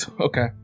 Okay